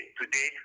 today